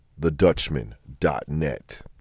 thedutchman.net